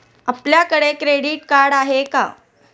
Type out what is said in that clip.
आपल्याकडे credit card आहे का?